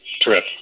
trip